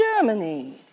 Germany